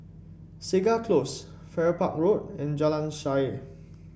Segar Close Farrer Park Road and Jalan Shaer